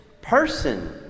person